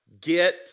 Get